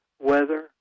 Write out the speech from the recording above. Weather